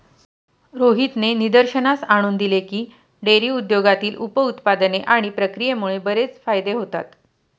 रोहितने निदर्शनास आणून दिले की, डेअरी उद्योगातील उप उत्पादने आणि प्रक्रियेमुळे बरेच फायदे होतात